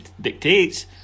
Dictates